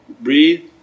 Breathe